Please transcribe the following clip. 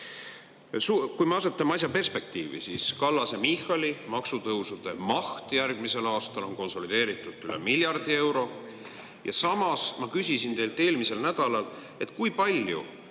Kui me asetame asjad perspektiivi, siis Kallase-Michali maksutõusude maht järgmisel aastal on konsolideeritult üle miljardi euro. Samas, kui ma küsisin teilt eelmisel nädalal, et kui palju